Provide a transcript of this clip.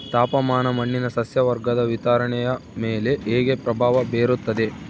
ತಾಪಮಾನ ಮಣ್ಣಿನ ಸಸ್ಯವರ್ಗದ ವಿತರಣೆಯ ಮೇಲೆ ಹೇಗೆ ಪ್ರಭಾವ ಬೇರುತ್ತದೆ?